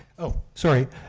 oh, sorry,